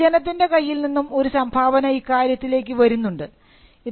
അതുകൊണ്ട് പൊതുജനത്തിൻറെ കയ്യിൽ നിന്നും ഒരു സംഭാവന ഇക്കാര്യത്തിലേക്ക് വരുന്നുണ്ട്